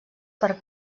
per